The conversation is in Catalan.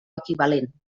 equivalent